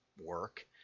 work